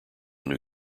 new